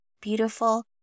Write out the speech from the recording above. beautiful